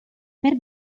per